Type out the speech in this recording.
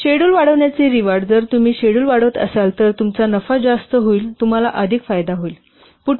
आणि शेड्युल वाढवण्याचे रिवॉर्ड जर तुम्ही शेड्युल वाढवत असाल तर तुमचा नफा जास्त होईल तुम्हाला अधिक फायदा होईल